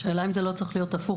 השאלה אם זה לא צריך להיות הפוך,